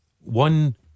One